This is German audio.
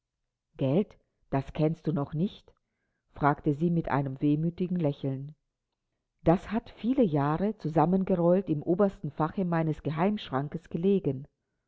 gelt das kennst du noch nicht fragte sie mit einem wehmütigen lächeln das hat viele jahre zusammengerollt im obersten fache meines geheimschrankes gelegen